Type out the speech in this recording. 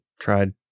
tried